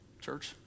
church